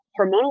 hormonal